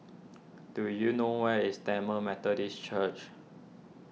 do you know where is Tamil Methodist Church